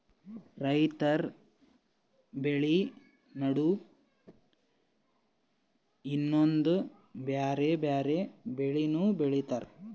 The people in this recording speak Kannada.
ರೈತರ್ ಬೆಳಿ ನಡು ಇನ್ನೊಂದ್ ಬ್ಯಾರೆ ಬ್ಯಾರೆ ಬೆಳಿನೂ ಬೆಳಿತಾರ್